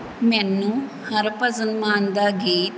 ਮੈਨੂੰ ਹਰਭਜਨ ਮਾਨ ਦਾ ਗੀਤ